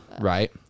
right